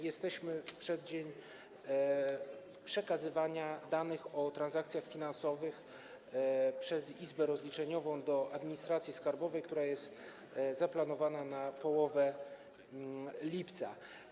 Jesteśmy w przeddzień przekazywania danych o transakcjach finansowych przez izbę rozliczeniową do administracji skarbowej, które jest zaplanowane na połowę lipca.